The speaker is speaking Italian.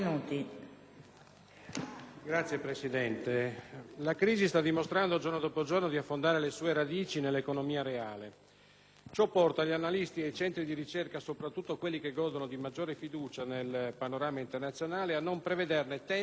Signora Presidente, la crisi sta dimostrando giorno dopo giorno di affondare le sue radici nell'economia reale. Ciò porta gli analisti e i centri di ricerca, soprattutto quelli che godono di maggiore fiducia nel panorama internazionale, a non prevederne tempi e confini.